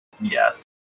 Yes